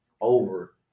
over